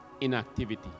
inactivity